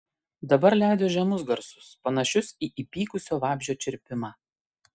dabar leido žemus garsus panašius į įpykusio vabzdžio čirpimą